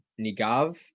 Nigav